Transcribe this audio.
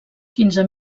quinze